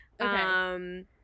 okay